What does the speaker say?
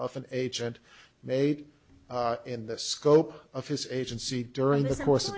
of an agent made in the scope of his agency during the course